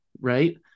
right